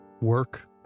work